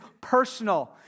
personal